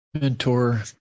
mentor